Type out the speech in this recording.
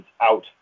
out